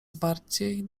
zwarciej